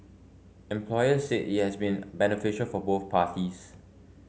employers said it has been beneficial for both parties